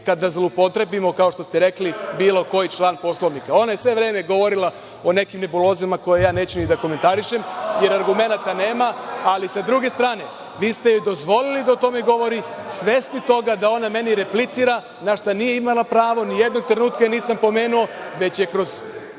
kada zloupotrebimo, kao što ste rekli, bilo koji član Poslovnika. Ona je sve vreme govorila o nekim nebulozama koje ja neću ni da komentarišem, jer argumenat nema. Ali, sa druge strane, vi ste joj dozvolili da o tome govori, svesni toga da ona meni replicira, na šta nije imala pravo, nijednog trenutka je nisam pomenuo, već je kroz